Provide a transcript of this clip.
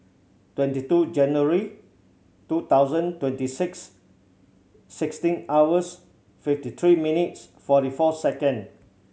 twenty two January two thousand twenty six sixteen hours fifty three minutes forty four second